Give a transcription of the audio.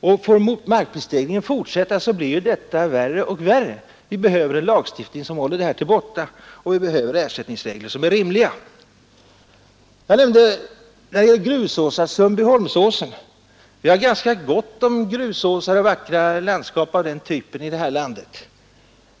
och får markprisstegringen fortsätta blir det bara värre och värre. Vi behöver en lagstiftning som håller markvärdestegringar borta, och vi behöver ersättningsregler som är rimliga. Jag nämnde på tal om grusåsar Sundbyholmsåsen. Vi har ganska gott om grusåsar och vackra landskap av den typen i det här landet.